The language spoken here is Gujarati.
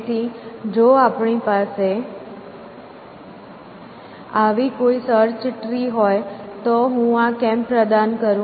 તેથી જો આપણી પાસે આવી કોઈ સર્ચ ટ્રી હોય તો હું આ કેમ પ્રદાન કરું